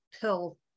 pill